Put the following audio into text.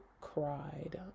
cried